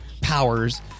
powers